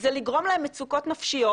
זה לגרום להם מצוקות נפשיות,